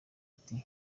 ati